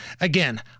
again